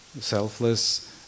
selfless